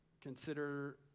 consider